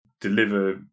deliver